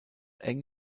eng